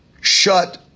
shut